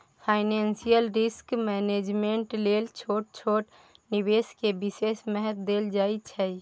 financial risk management लेल छोट छोट निवेश के विशेष महत्व देल जाइ छइ